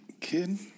Kid